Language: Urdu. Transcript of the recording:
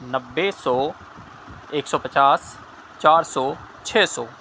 نبے سو ایک سو پچاس چار سو چھ سو